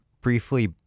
briefly